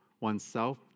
oneself